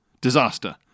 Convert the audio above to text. Disaster